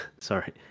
sorry